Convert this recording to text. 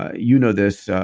ah you know this,